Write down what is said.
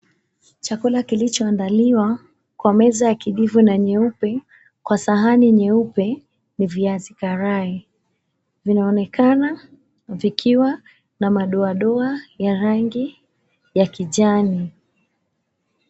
Chakula kilichoandaliwa kwa meza ya kijivu na nyeupe, kwa sahani nyeupe, ni viazi karai. Vinaonekana vikiwa na madoadoa ya rangi ya kijani.